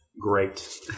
Great